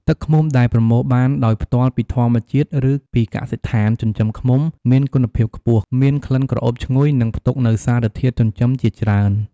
ទឹកឃ្មុំដែលប្រមូលបានដោយផ្ទាល់ពីធម្មជាតិ ឬពីកសិដ្ឋានចិញ្ចឹមឃ្មុំមានគុណភាពខ្ពស់ មានក្លិនក្រអូបឈ្ងុយ និងផ្ទុកនូវសារធាតុចិញ្ចឹមជាច្រើន។